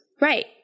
Right